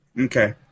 Okay